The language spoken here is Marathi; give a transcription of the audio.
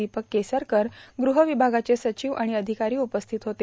दीपक केसरकर गृहविभागाचे सचिव आणि अधिकारी उपस्थित होते